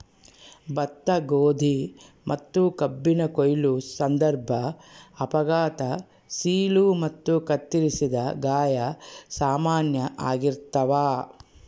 ಭತ್ತ ಗೋಧಿ ಮತ್ತುಕಬ್ಬಿನ ಕೊಯ್ಲು ಸಂದರ್ಭ ಅಪಘಾತ ಸೀಳು ಮತ್ತು ಕತ್ತರಿಸಿದ ಗಾಯ ಸಾಮಾನ್ಯ ಆಗಿರ್ತಾವ